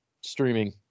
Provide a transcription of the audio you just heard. streaming